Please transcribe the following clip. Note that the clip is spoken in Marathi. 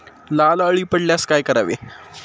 लाल अळी पडल्यास काय करावे?